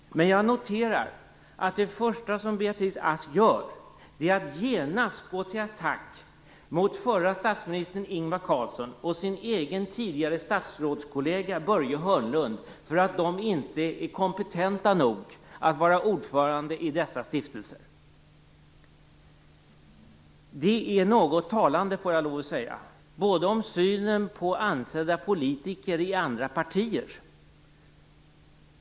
Men jag noterar att det första Beatrice Ask gör är att gå till attack mot förre statsministern Ingvar Carlsson och sin egen tidigare statsrådskollega Börje Hörnlund för att de inte skulle vara kompetenta nog att vara ordförande i dessa stiftelser. Det är talande. Det vittnar om synen på ansedda politiker i andra partier.